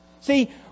See